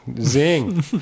Zing